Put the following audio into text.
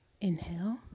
Inhale